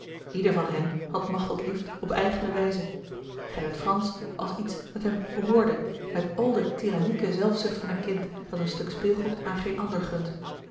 ieder van hen had machteld lief op eigene wijze gerrit fransz als iets dat hem toebehoorde met al de tirannieke zelfzucht van een kind dat een stuk speelgoed aan geen ander gunt